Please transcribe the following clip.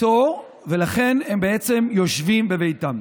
איתו ולכן הן בעצם יושבות בביתן.